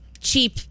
cheap